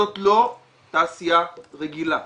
זאת לא תעשיה רגילה.